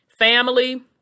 Family